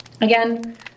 Again